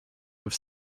have